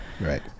right